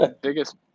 biggest